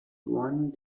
one